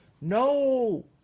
no